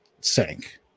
sank